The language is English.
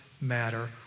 matter